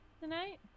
tonight